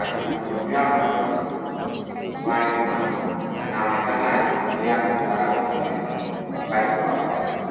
akimhudumia mgonjwa, kinywani mwake, anaonekana akitumia vifaa vya meno, wakati wa utarati.